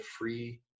free